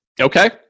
Okay